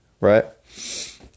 right